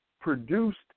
produced